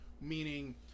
Meaning